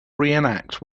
reenact